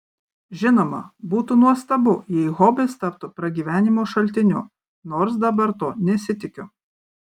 žinoma būtų nuostabu jei hobis taptų pragyvenimo šaltiniu nors dabar to nesitikiu